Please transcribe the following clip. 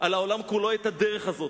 על העולם כולו את הדרך הזאת.